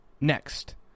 next